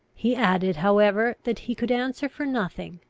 he added, however, that he could answer for nothing,